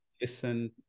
listen